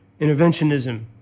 interventionism